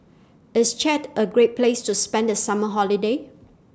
IS Chad A Great Place to spend The Summer Holiday